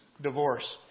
divorce